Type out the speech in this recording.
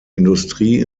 industrie